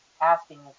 asking